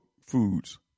foods